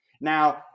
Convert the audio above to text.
now